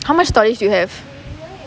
how much storage you have